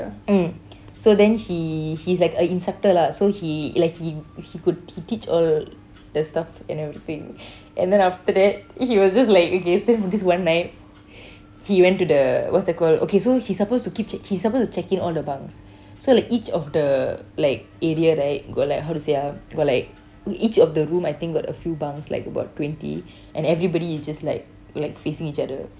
mm so then he he's like an instructor lah so he like he he could he teach all the stuff and everything and then after that he was just like okay this one night he went to the what's that called okay so he supposed to keep checking he supposed to check in all the bunks so like each of the like area right got like how to saw ah got like each of the room I think got a few bunks like about twenty and everybody is just like like facing each other